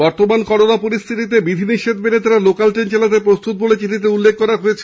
বর্তমান করোনা পরিস্থিতিতে বিধিনিষেধ মেনে তারা লোকাল ট্রেন চালাতে প্রস্তুত বলে চিঠিতে উল্লেখ করা হয়েছে